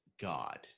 god